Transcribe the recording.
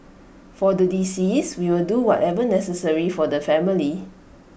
for the deceased we will do whatever necessary for the family